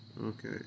Okay